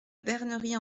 bernerie